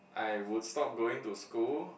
I would stop going to school